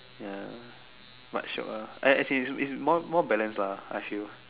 ya much shiok ah as as in is more more balanced lah I feel